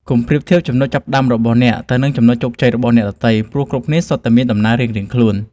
កុំប្រៀបធៀបចំណុចចាប់ផ្តើមរបស់អ្នក ទៅនឹងចំណុចជោគជ័យរបស់អ្នកដទៃ ព្រោះគ្រប់គ្នាសុទ្ធតែមានដំណើររៀងៗខ្លួន។